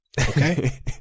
Okay